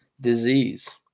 disease